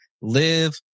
live